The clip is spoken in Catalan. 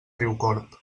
riucorb